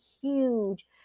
huge